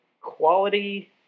quality